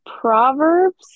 Proverbs